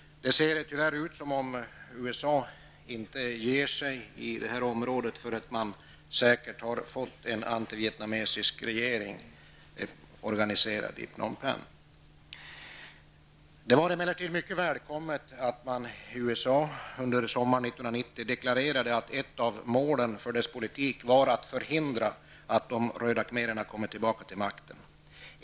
Det ser tyvärr ut som om USA inte ger sig i det här området förrän man säkert har fått en antivietnamesisk regering organiserad i Phnom Penh. Det var emellertid mycket välkommet att USA under sommaren 1990 deklarerade att ett av målen för dess politik var att förhindra att de röda khmererna kommer tillbaka till makten.